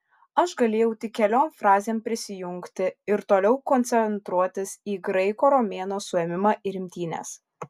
aš galėjau tik keliom frazėm prisijungti ir toliau koncentruotis į graiko romėno suėmimą ir imtynes